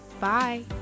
Bye